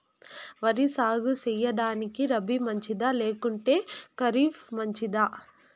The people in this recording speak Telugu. వరి సాగు సేయడానికి రబి మంచిదా లేకుంటే ఖరీఫ్ మంచిదా